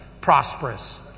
prosperous